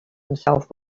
himself